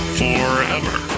forever